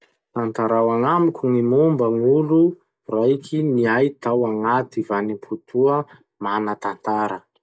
Tantarao agnamiko gny momba gn'olo raiky niay tao agnaty vanim-potoa manan-tantara.